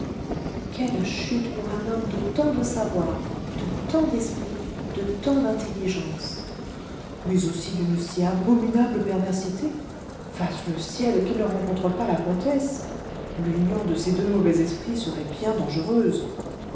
quelle chute pour un homme de tant de savoir de tant d'esprit de tant d'intelligence mais aussi d'une si abominable perversité fasse le ciel qu'il ne rencontre pas la comtesse l'union de ces deux mauvais esprits serait bien dangereuse